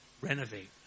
renovate